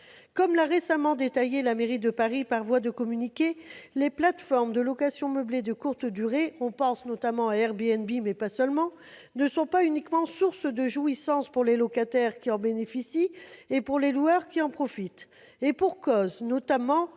comme l'a récemment détaillé la mairie de Paris par voie de communiqué, les plateformes de location meublée de courte durée- on pense notamment à Airbnb, mais ce n'est pas la seule -ne sont pas uniquement une source de jouissance pour les locataires qui en bénéficient et pour les loueurs qui en profitent ... Et pour cause ! Le